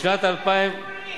בשנת, ומה עם הדיור הציבורי?